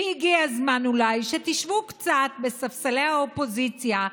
והגיע הזמן אולי שתשבו קצת על ספסלי האופוזיציה,